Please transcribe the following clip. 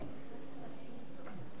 אדוני היושב-ראש, כנסת נכבדה,